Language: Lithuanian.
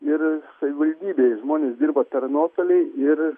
ir savivaldybėj žmonės dirba per nuotolį ir